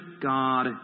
God